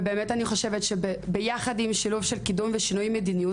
אני באמת חושבת שבשילוב קידום ושינוי מדיניות